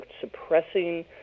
suppressing